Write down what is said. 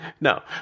No